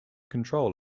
control